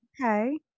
Okay